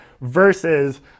versus